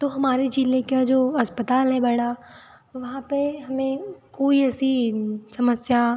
तो हमारे ज़िले का जो अस्पताल है बड़ा वहाँ पर हमें कोई ऐसी समस्या